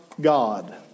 God